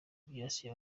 byasinye